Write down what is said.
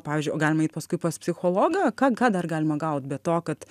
pavyzdžiui o galima eit paskui pas psichologą ką ką dar galima gaut be to kad